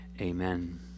Amen